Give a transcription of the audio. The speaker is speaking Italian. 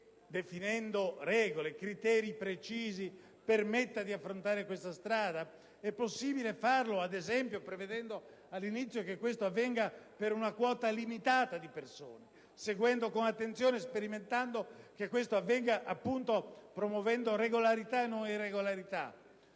definendo regole e criteri precisi, permetta di affrontare tale strada? È possibile farlo, ad esempio, prevedendo all'inizio che una simile possibilità riguardi una quota limitata di persone, seguendole con attenzione e sperimentando che ciò avvenga promuovendo regolarità e non irregolarità?